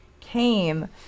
came